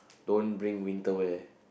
don't bring winter wear